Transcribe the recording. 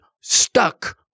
stuck